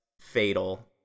fatal